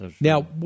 Now